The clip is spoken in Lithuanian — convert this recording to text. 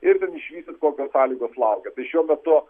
ir ten išvysit kokios sąlygos laukia tai šiuo metu